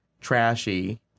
trashy